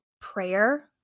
prayer